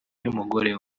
y’umugore